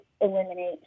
eliminate